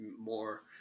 more